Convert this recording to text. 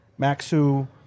Maxu